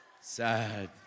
Sad